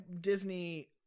Disney